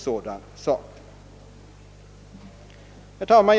Herr talman!